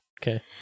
Okay